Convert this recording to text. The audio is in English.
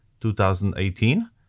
2018